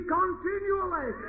continually